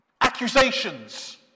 accusations